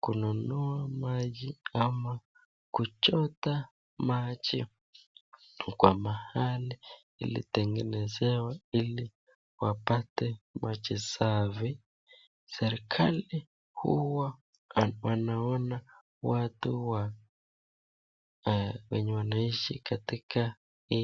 kununua maji ama kuchota maji kwa mahali ilitengenezewa ili wapate maji safi. Serekali huwa wanaona watu venye wanaishi katika hii,,,